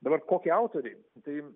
dabar kokie autoriai tai